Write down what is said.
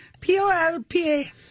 P-O-L-P-A